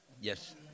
Yes